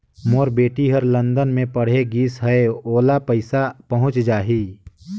मोर बेटी हर लंदन मे पढ़े गिस हय, ओला पइसा पहुंच जाहि?